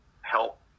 help